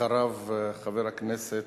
אחריו, חבר הכנסת